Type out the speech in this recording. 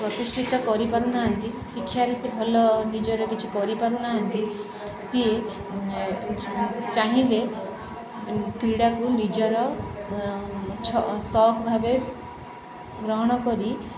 ପ୍ରତିଷ୍ଠିତ କରିପାରୁ ନାହାନ୍ତି ଶିକ୍ଷାରେ ସେ ଭଲ ନିଜର କିଛି କରିପାରୁ ନାହାନ୍ତି ସିଏ ଚାହିଁଲେ କ୍ରୀଡ଼ାକୁ ନିଜର ସଉକ୍ ଭାବେ ଗ୍ରହଣ କରି